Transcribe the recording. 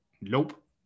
nope